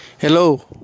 Hello